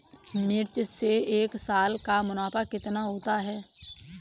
मिर्च से एक साल का मुनाफा कितना होता है?